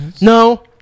no